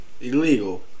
Illegal